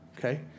Okay